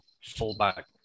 fullback